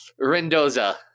Rendoza